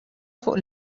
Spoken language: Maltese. fuq